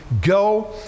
go